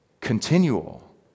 continual